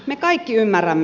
me kaikki ymmärrämme